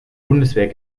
bundeswehr